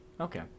Okay